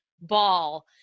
ball